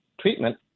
treatment